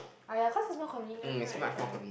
ah ya cause it's more convenient right correct